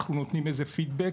אנחנו נותנים פה פידבק",